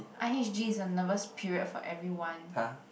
i_h_g is a nervous period for everyone